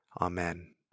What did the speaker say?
Amen